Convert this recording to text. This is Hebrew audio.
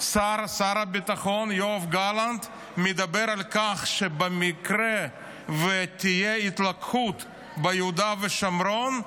שר הביטחון יואב גלנט מדבר על כך שבמקרה שתהיה התלקחות ביהודה ושומרון,